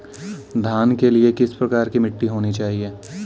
धान के लिए किस प्रकार की मिट्टी होनी चाहिए?